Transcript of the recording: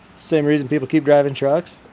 same reason people keep driving trucks.